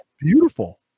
beautiful